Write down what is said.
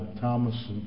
Thomas